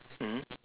mmhmm